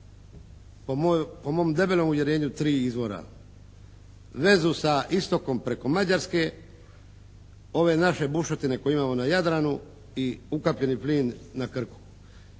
po mom debelom uvjerenju tri izvora: vezu sa istokom preko Mađarske, ove naše bušotine koje imamo na Jadranu i ukapljeni plin na Krku.